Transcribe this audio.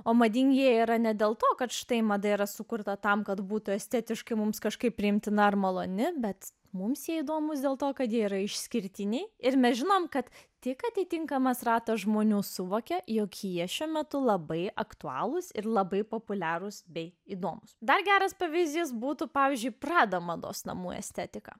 o madingi yra ne dėl to kad štai mada yra sukurta tam kad būtų estetiškai mums kažkaip priimtina ar maloni bet mums jie įdomūs dėl to kad jie yra išskirtiniai ir mes žinome kad tik atitinkamas ratas žmonių suvokia jog jie šiuo metu labai aktualūs ir labai populiarūs bei įdomūs dar geras pavyzdys būtų pavyzdžiui prada mados namų estetika